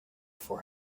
for